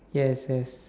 yes yes